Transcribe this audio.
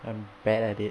I'm bad at it